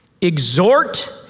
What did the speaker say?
exhort